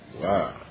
Wow